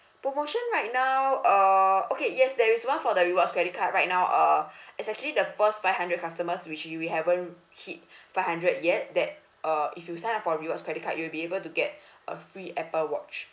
promotion right now err okay yes there is one for the rewards credit card right now uh it's actually the first five hundred customers which we haven't hit five hundred yet that uh if you sign up for rewards credit card you'll be able to get a free Apple watch